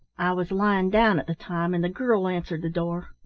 i was lying down at the time, and the girl answered the door.